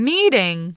Meeting